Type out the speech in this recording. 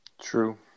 True